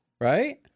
right